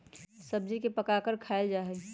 सब्जी के पकाकर खायल जा हई